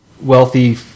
wealthy